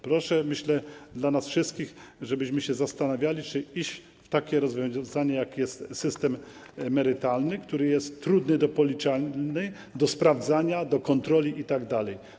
Proszę, myślę, chodzi o nas wszystkich, żebyśmy się zastanawiali, czy iść w takie rozwiązanie jak system emerytalny, który jest trudny do policzenia, do sprawdzania, do kontroli itd.